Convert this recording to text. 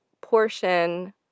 portion